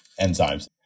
enzymes